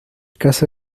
caso